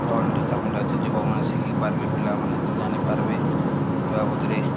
ଭଲ୍ରେ ତାମାନେ ଅଚେ ଯୁବକ୍ମାନେ ଶିଖିପାର୍ବେ ପିଲାମାନେ ଜାନିପାର୍ବେ ସେ ବାବଦ୍ରେ